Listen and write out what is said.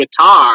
guitar